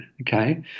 okay